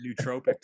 Nootropic